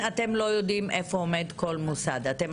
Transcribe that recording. תודה.